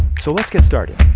so let's get started!